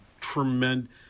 tremendous